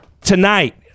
Tonight